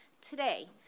Today